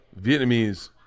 Vietnamese